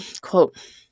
quote